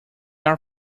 are